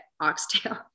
oxtail